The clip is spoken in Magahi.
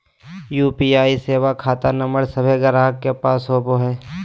यू.पी.आई सेवा खता नंबर सभे गाहक के पास होबो हइ